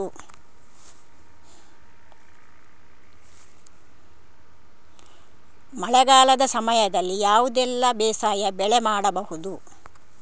ಮಳೆಗಾಲದ ಸಮಯದಲ್ಲಿ ಯಾವುದೆಲ್ಲ ಬೇಸಾಯ ಬೆಳೆ ಮಾಡಬಹುದು?